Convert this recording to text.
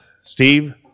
Steve